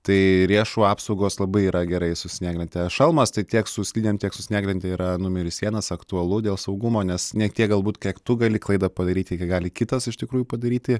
tai riešų apsaugos labai yra gerai su snieglente šalmas tai tiek su slidėm tiek su snieglente yra numeris vienas aktualu dėl saugumo nes ne tiek galbūt kiek tu gali klaidą padaryti gali kitas iš tikrųjų padaryti